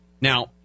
Now